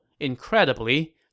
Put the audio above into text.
Incredibly